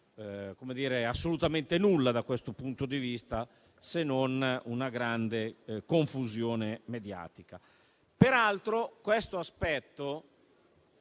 assolutamente nulla da questo punto di vista, se non una grande confusione mediatica.